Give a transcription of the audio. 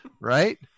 Right